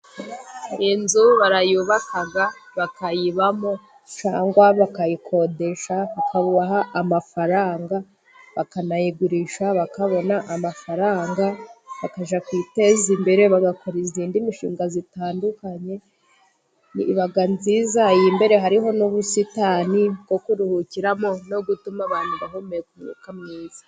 Iyi nzu barayubaka bakayibamo cyangwa bakayikodesha, bakabaha amafaranga, bakanayigurisha bakabona amafaranga, bakajya kwiteza imbere bagakora indi mishinga itandukanye, iba nziza iyo imbere hariho n'ubusitani bwo kuruhukiramo no gutuma abantu bahumeka umwuka mwiza.